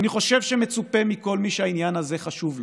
אני חושב שמצופה מכל מי שהעניין הזה חשוב לו,